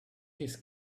his